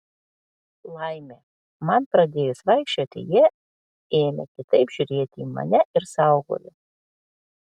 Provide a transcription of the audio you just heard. laimė man pradėjus vaikščioti ji ėmė kitaip žiūrėti į mane ir saugojo